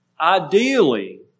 ideally